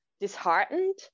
disheartened